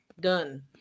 Done